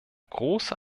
große